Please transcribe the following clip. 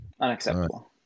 Unacceptable